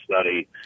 study